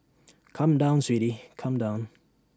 come down sweetie come down